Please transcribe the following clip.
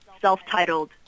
self-titled